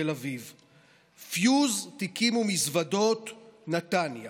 דין אילת ומטולה